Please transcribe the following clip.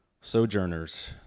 sojourners